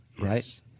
Right